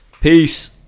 Peace